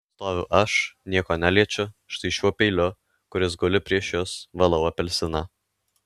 stoviu aš nieko neliečiu štai šiuo peiliu kuris guli prieš jus valau apelsiną